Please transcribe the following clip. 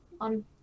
on